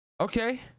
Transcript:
okay